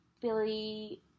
Billy